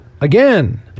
again